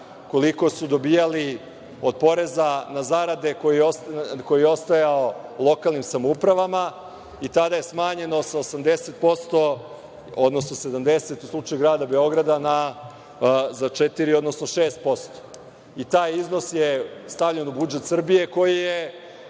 koliko su dobijali od poreza na zarade koji je ostajao lokalnim samoupravama i tada je smanjeno sa 80%, odnosno 70%, u slučaju grada Beograda, za četiri, odnosno šest posto. Taj iznos je stavljen u budžet Srbije, koji je